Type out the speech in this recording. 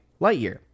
lightyear